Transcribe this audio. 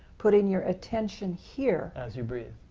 putting your attention here as you breathe.